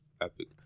Epic